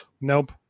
Nope